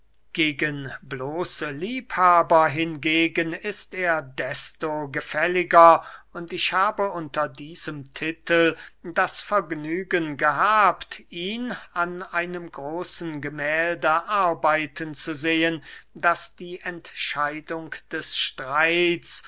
gegen bloße liebhaber hingegen ist er desto gefälliger und ich habe unter diesem titel das vergnügen gehabt ihn an einem großen gemählde arbeiten zu sehen das die entscheidung des streits